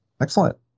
Excellent